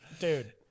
Dude